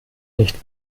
nicht